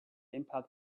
impact